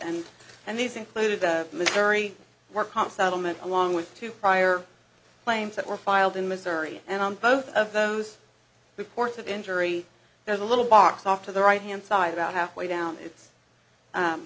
and and these include the military work on saddle meant along with two prior claims that were filed in missouri and on both of those reports of injury there's a little box off to the right hand side about halfway down it's